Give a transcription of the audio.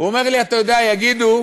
הוא אומר לי: אתה יודע, יגידו: